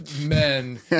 men